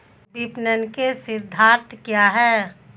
विपणन के सिद्धांत क्या हैं?